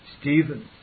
Stephen